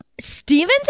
Steven's